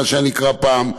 מה שנקרא פעם,